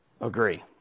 Agree